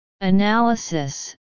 Analysis